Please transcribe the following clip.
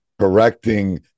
Correcting